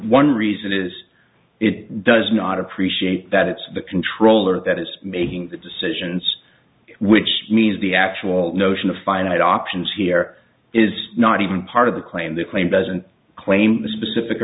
one reason is it does not appreciate that it's the controller that is making the decisions which means the actual notion of finite options here is not even part of the claim the claim doesn't claim the specific